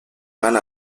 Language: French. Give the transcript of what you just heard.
mal